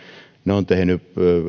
ovat tehneet